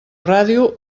ràdio